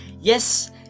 Yes